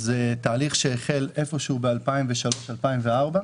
זה תהליך שהחל ב-2003 2004,